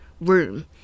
room